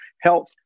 health